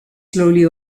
slowly